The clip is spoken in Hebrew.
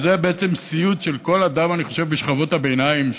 ואני חושב שזה בעצם סיוט של כל אדם בשכבות הביניים,